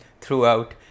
throughout